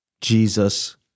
Jesus